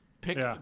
Pick